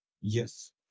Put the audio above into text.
Yes